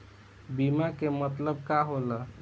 बीमा के मतलब का होला?